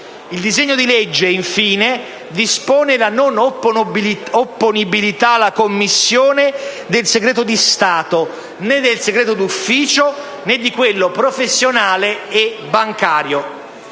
Il disegno di legge, infine, dispone la non opponibilità alla Commissione del segreto di Stato né del segreto d'ufficio né di quello professionale e bancario.